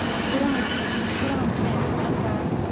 قُران قُران چھِ آسان